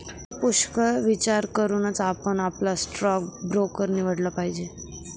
पुष्कळ विचार करूनच आपण आपला स्टॉक ब्रोकर निवडला पाहिजे